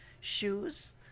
shoes